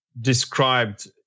described